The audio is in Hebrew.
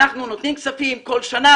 אנחנו נותנים כספים כל שנה,